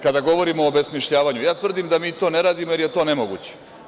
Kada govorimo o obesmišljavanju, tvrdim da mi to ne radimo, jer je to nemoguće.